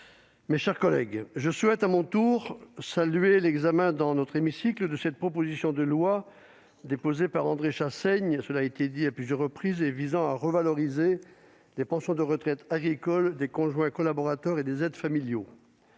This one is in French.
mes chers collègues, je souhaite à mon tour saluer l'examen dans notre hémicycle de cette proposition de loi déposée par André Chassaigne visant à revaloriser les pensions de retraite agricoles des conjoints collaborateurs et des aides familiaux.